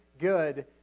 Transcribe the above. good